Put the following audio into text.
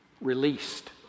released